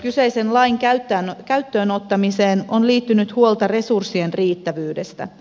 kyseisen lain käyttöön ottamiseen on liittynyt huolta resurssien riittävyydestä